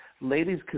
Ladies